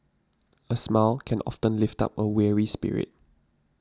a smile can often lift up a weary spirit